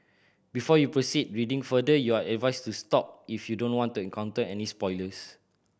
before you proceed reading further you are advised to stop if you don't want to encounter any spoilers